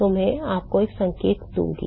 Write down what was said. तो मैं आपको एक संकेत दूंगा